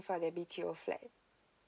for their B_T_O flat